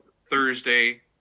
Thursday